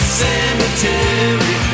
cemetery